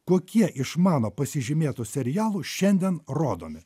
kokie iš mano pasižymėtų serialų šiandien rodomi